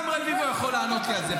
גם רביבו יכול לענות לי על זה,